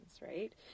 right